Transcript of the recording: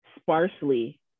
sparsely